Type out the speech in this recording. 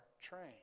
trained